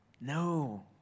No